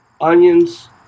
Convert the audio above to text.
onions